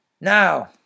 Now